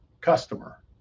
customer